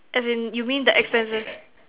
as in you mean the expenses